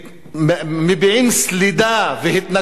מביעים סלידה והתנגדות